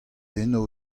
eno